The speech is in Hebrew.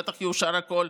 בטח שיאושר הכול,